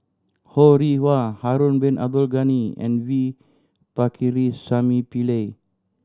Ho Rih Hwa Harun Bin Abdul Ghani and V Pakirisamy Pillai